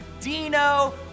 Dino